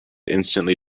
instantly